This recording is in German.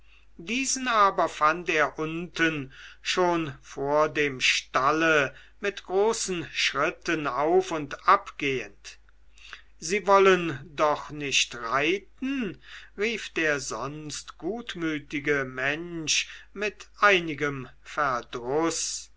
diesen aber fand er unten schon vor dem stalle mit großen schritten auf und ab gehend sie wollen doch nicht reiten rief der sonst gutmütige mensch mit einigem verdruß